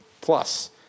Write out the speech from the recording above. plus